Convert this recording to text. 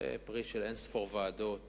זה פרי של אין-ספור ועדות